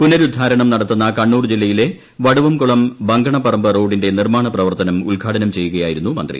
പുനരുദ്ധാരണം നടത്തുന്ന കണ്ണൂർ ജില്ലയിലെ വടുവംകുളം ബങ്കണപറമ്പ് റോഡിന്റെ നിർമാണ പ്രവർത്തനം ഉദ്ഘാടനം ചെയ്യുകയായിരുന്നു മന്ത്രി